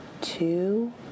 two